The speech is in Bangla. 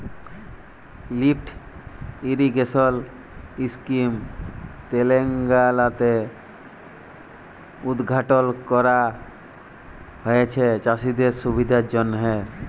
লিফ্ট ইরিগেশল ইসকিম তেলেঙ্গালাতে উদঘাটল ক্যরা হঁয়েছে চাষীদের সুবিধার জ্যনহে